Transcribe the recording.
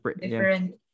different